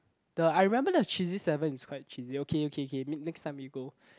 the I remember the cheesy seven is quite cheesy okay okay okay next time we go